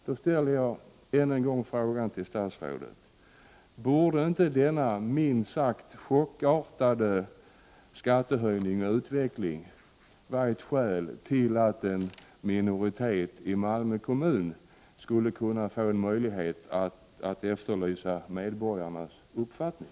Jag ställer än en gång frågan till statsrådet: Borde inte denna minst sagt chockartade skattehöjning och utveckling vara ett skäl till att en minoritet i Malmö kommun skulle kunna få möjlighet att efterhöra medborgarnas uppfattning?